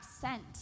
sent